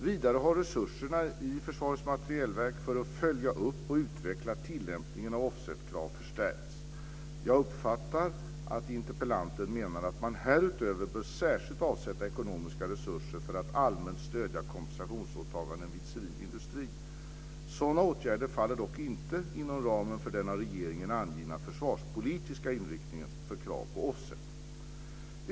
Vidare har resurserna i Försvarets materielverk för att följa upp och utveckla tillämpningen av offsetkraven förstärkts. Jag uppfattar att interpellanten menar att man härutöver bör särskilt avsätta ekonomiska resurser för att allmänt stödja kompensationsåtaganden vid civil industri. Sådana åtgärder faller dock inte inom ramen för den av regeringen angivna försvarspolitiska inriktningen för krav på offset.